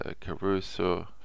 Caruso